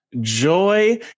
Joy